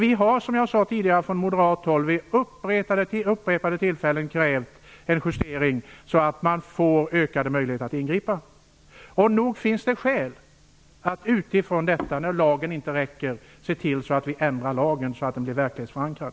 Vi har som jag sade tidigare från moderat håll vid upprepade tillfällen krävt en justering så att man får ökade möjligheter att ingripa. Nog finns det, när lagen inte räcker, skäl att se till att ändra lagen så att den blir verklighetsförankrad.